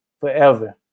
forever